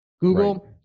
Google